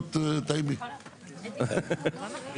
ההסתייגויות של קבוצת העבודה שלא נמצאים כאן,